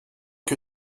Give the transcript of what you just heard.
que